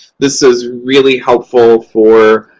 this is really helpful for